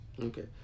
Okay